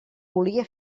volia